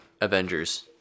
Avengers